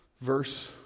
verse